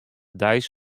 deis